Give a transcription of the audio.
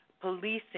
policing